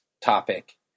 topic